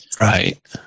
Right